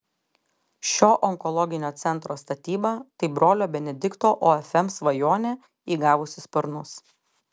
šio onkologinio centro statyba tai brolio benedikto ofm svajonė įgavusi sparnus